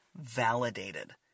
validated